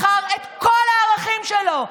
מכר את כל הערכים שלו,